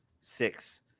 Six